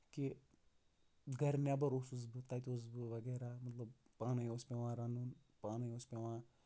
کہِ گرٕ نیبر اوسُس بہٕ تَتہِ اوسُس بہٕ وغیرہ مطلب پانے اوس پیوان رَنُن پانے اوس پیوان